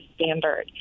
standard